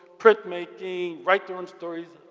print making, write their own stories,